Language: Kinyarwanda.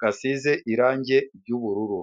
gasize irangi ry'ubururu.